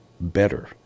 better